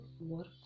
work